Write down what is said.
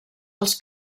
als